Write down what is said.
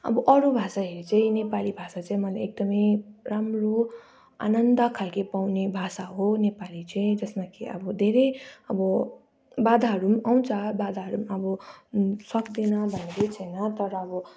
अब अरू भाषा हेरी चाहिँ नेपाली भाषा चाहिँ मलाई एकदमै राम्रो आनन्द खाले पाउने भाषा हो नेपाली चाहिँ जसमा कि अब धेरै अब बाधाहरू आउँछ बाधाहरू अब सक्दैन भनेको छैन तर अब